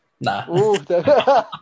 Nah